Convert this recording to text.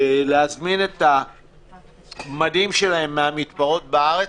להזמין את המדים שלהן מהמתפרות בארץ,